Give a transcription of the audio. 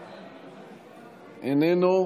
איננו,